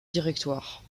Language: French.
directoire